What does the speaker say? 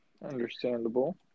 Understandable